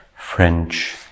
French